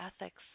ethics